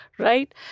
Right